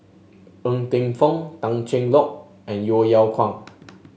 Ng Teng Fong Tan Cheng Lock and Yeo Yeow Kwang